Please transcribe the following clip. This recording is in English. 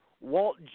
Walt